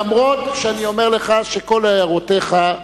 למרות שאני אומר לך שכל הערותיך,